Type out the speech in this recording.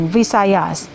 Visayas